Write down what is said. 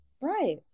Right